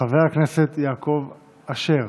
חבר הכנסת יעקב אשר,